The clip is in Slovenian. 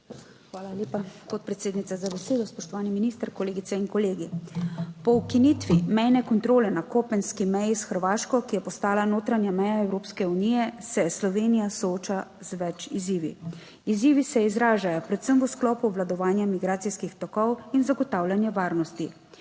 Hvala lepa, podpredsednica, za besedo. Spoštovani minister, kolegice in kolegi! Po ukinitvi mejne kontrole na kopenski meji s Hrvaško, ki je postala notranja meja Evropske unije, se Slovenija sooča z več izzivi. Izzivi se izražajo predvsem v sklopu obvladovanja migracijskih tokov in zagotavljanja varnosti.